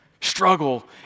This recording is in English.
struggle